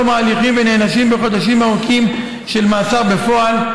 תום ההליכים ונענשים בחודשים ארוכים של מאסר בפועל,